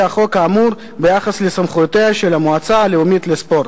החוק האמור ביחס לסמכויותיה של המועצה הלאומית לספורט.